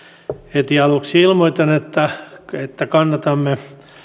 heti aluksi ilmoitan että että kannatamme